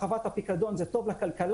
הרחבת הפיקדון זה טוב לכלכלה,